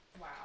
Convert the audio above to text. Wow